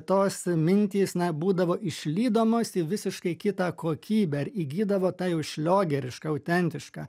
tos mintys na būdavo išlydomos į visiškai kitą kokybę ir įgydavo tą jau šliogerišką auteantišką